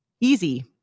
easy